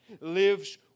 lives